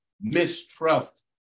mistrust